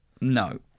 No